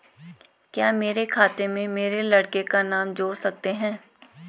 क्या मेरे खाते में मेरे लड़के का नाम जोड़ सकते हैं?